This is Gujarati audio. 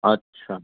અચ્છા